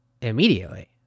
immediately